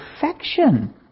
perfection